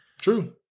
True